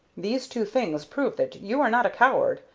these two things prove that you are not a coward,